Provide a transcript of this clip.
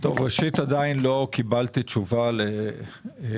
כלומר הרשות המקומית לא יכולה להתנהל בשוטף.